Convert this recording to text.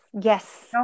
Yes